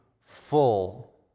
full